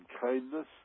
kindness